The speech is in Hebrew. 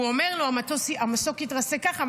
הוא אומר לו: המסוק התרסק ככה,